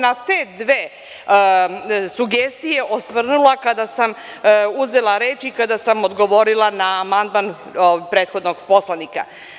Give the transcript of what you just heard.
Na te dve sugestije sam se osvrnula kada sam uzela reč i kada sam odgovorila na amandman prethodnog poslanika.